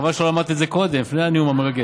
חבל שלא אמרתי את זה קודם, לפני הנאום המרגש.